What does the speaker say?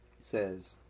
says